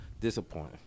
Disappointing